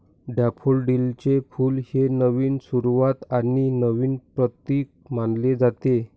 डॅफोडिलचे फुल हे नवीन सुरुवात आणि नवीन प्रतीक मानले जाते